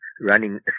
running